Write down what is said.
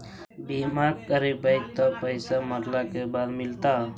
बिमा करैबैय त पैसा मरला के बाद मिलता?